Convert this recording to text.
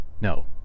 No